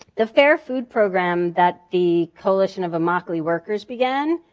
the fair food program that the coalition of immokalee workers began,